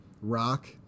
rock